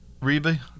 Reba